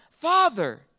Father